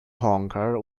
honker